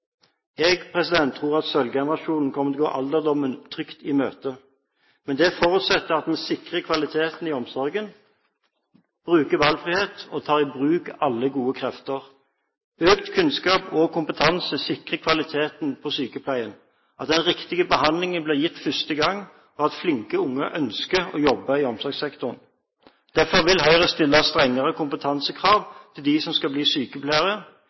tror at sølvgenerasjonen kommer til å gå alderdommen trygt i møte. Men det forutsetter at vi sikrer kvaliteten i omsorgen, bruker valgfrihet og tar i bruk alle gode krefter. Økt kunnskap og kompetanse sikrer kvaliteten på sykepleien, at den riktige behandlingen blir gitt første gang, og at flinke unge ønsker å jobbe i omsorgssektoren. Derfor vil Høyre stille strengere kompetansekrav til dem som skal bli sykepleiere,